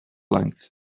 length